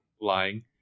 lying